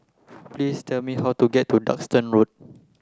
please tell me how to get to Duxton Road